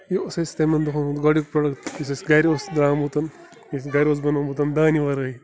یہِ اوس اَسہِ تِمن دۄہَن وۄنۍ گۄڈٕنیُک پرٛوٚڈکٹ یُس اَسہِ گَرِ اوس درٛامُت یُس اَسہِ گَرِ اوس بَنومُت دانہِ وَرٲے